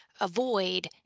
avoid